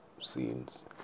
scenes